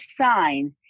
sign